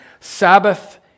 Sabbath